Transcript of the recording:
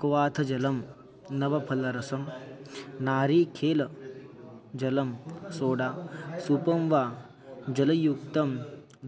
क्वाथनजलं नवफलरसं नारीकेलजलं सोडा सुपं वा जलयुक्तं